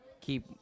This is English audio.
keep